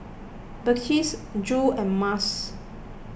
Balqis Zul and Mas